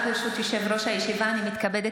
ברשות יושב-ראש הישיבה, אני מתכבדת